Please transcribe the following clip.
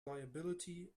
liability